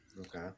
Okay